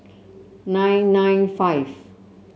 nine nine five